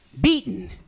beaten